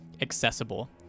accessible